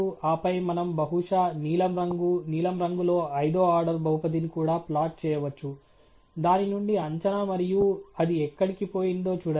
ఆపై మనం బహుశా నీలం రంగు నీలం రంగులో ఐదవ ఆర్డర్ బహుపదిని కూడా ప్లాట్ చేయవచ్చు దాని నుండి అంచనా మరియు అది ఎక్కడికి పోయిందో చూడండి